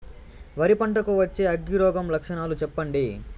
వరి పంట కు వచ్చే అగ్గి రోగం లక్షణాలు చెప్పండి?